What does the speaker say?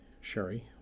Sherry